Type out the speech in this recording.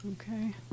okay